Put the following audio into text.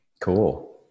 Cool